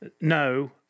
No